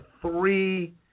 three